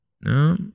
No